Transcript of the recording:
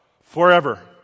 forever